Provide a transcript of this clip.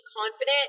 confident